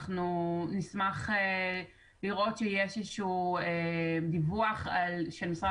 אנחנו נשמח לראות שיש איזשהו דיווח של משרד